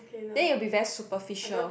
then you will be very superficial